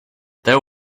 there